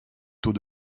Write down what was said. taux